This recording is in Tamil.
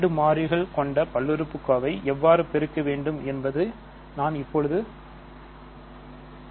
இரண்டு மாறிகள் கொண்ட பல்லுறுப்புக்கோவை எவ்வாறு பெருக்க வேண்டும் என்று நான் இப்போது சொல்லப் போகிறேன்